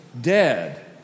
dead